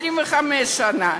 25 שנה,